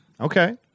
okay